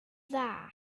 dda